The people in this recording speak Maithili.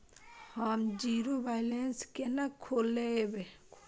हम जीरो बैलेंस केना खोलैब?